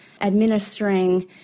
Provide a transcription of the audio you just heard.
administering